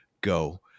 Go